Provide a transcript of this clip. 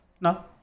no